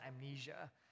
amnesia